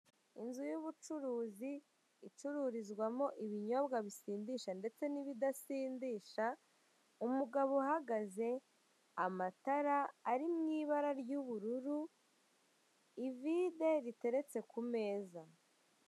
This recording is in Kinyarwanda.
Inzu y'ubucuruzi icururizwamo ibinyobwa bisindisha ndetse n'ibidasindisha, umugabo uhagaze, amatara ari mw'ibara ry'ubururu, ivide riteretse ku meza.